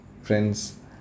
friends